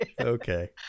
Okay